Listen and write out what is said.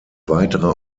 weitere